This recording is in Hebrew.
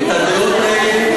באמת, את הדעות האלה,